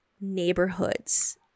neighborhoods